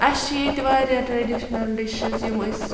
اَسہِ چھِ ییٚتہِ واریاہ ٹرٛڈِشنَل ڈِشِز یِم أسۍ